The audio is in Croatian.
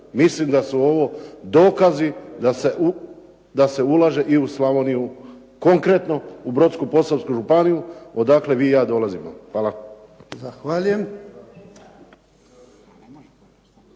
Mislim da su ovo dokazi da se ulaže i u Slavoniju, konkretno i u Brodsko-posavsku županiju odakle vi i ja dolazimo. Hvala.